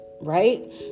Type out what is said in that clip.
right